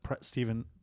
Stephen